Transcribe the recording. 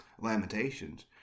Lamentations